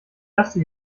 erste